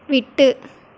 விட்டு